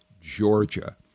Georgia